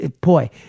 boy